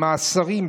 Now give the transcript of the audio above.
במאסרים,